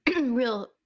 real